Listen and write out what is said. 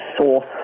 source